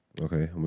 okay